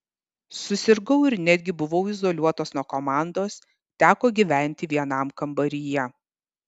susirgau ir netgi buvau izoliuotas nuo komandos teko gyventi vienam kambaryje